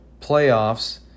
playoffs